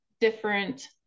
different